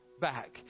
back